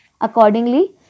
Accordingly